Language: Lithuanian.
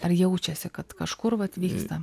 ar jaučiasi kad kažkur vat vyksta